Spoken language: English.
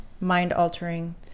mind-altering